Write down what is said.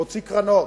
להוציא קרנות,